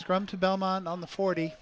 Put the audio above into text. scrum to belmont on the forty